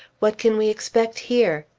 what can we expect here?